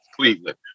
Cleveland